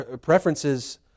Preferences